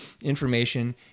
information